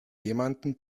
jemanden